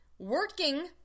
Working